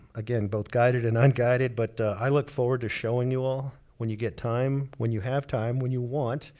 again, both guided and unguided. but i look forward to showing you all, when you get time, when you have time, when you want,